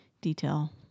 detail